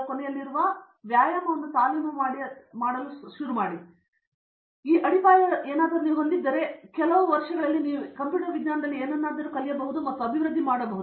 ಕಾಮಕೋಟಿ ನೀವು ಈ ಅಡಿಪಾಯವನ್ನು ಯಾವುದಾದರೂ ಹೊಂದಿದ್ದರೆ ನೀವು ಕೆಲವು ವರ್ಷಗಳಲ್ಲಿ ಕಲಿಯಬಹುದು ಮತ್ತು ಅಭಿವೃದ್ಧಿ ಮಾಡಬಹುದು